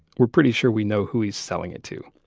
we're pretty sure we know who he's selling it to.